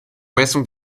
messung